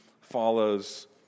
follows